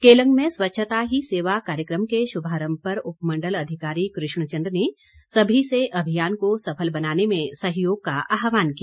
केलंग में स्वच्छता ही सेवा कार्यक्रम के शुभारम्भ पर उपमण्डल अधिकारी कृष्ण चंद ने सभी से अभियान को सफल बनाने में सहयोग का आहवान किया